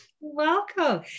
Welcome